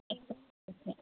ਅੱਛਾ ਅੱਛਾ